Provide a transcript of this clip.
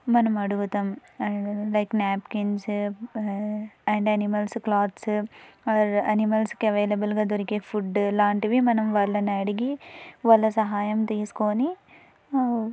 మనం అడుగుతాం and like napkins and animals clothes or ఆనిమల్స్కి అవైలబుల్గా దొరికే ఫుడ్ లాంటివి మనం వాళ్ళని అడిగి వాళ్ళ సహాయం తీసుకొని